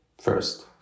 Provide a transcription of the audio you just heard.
first